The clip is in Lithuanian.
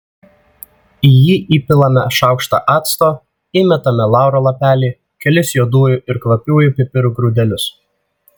į jį įpilame šaukštą acto įmetame lauro lapelį kelis juodųjų ir kvapiųjų pipirų grūdelius